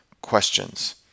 questions